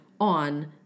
on